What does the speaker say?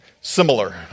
similar